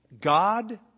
God